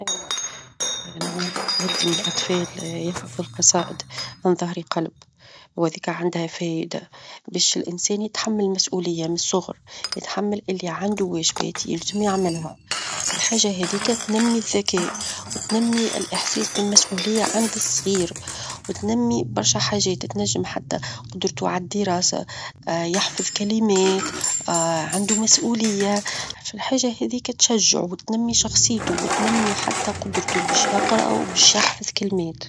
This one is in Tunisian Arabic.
أي نعم يلزم الأطفال يحفظوا القصائد عن ظهر قلب، وهاذيك عندها فايدة باش الإنسان يتحمل المسؤولية من الصغر، يتحمل اللي عندو واجبات يلزم يعملها الحاجة هاذيكا تنمي الذكاء، وتنمي الإحساس بالمسؤولية عند الصغير، وتنمي برشا حاجات، تنجم حتى قدرتو على الدراسة يحفظ كلمات عندو مسؤولية فالحاجة هاذيك تشجعو، وتنمي شخصيتو، وتنمي حتى قدرتو باش يقرا، وباش يحفظ كلمات.